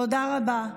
תודה רבה.